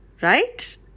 right